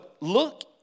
look